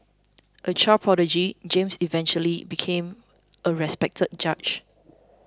a child prodigy James eventually became a respected judge